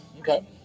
Okay